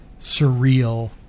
surreal